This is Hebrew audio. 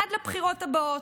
עד לבחירות הבאות.